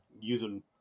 using